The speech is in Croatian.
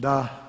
Da.